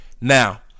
Now